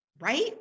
right